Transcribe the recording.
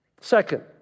Second